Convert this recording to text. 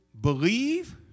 believe